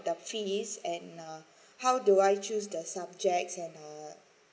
the fees and how do I choose the subjects and uh